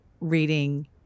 reading